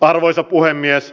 arvoisa puhemies